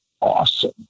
awesome